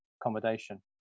accommodation